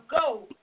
go